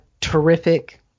terrific